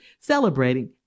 celebrating